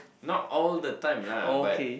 not all the time lah but